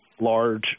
large